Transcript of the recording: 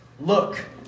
look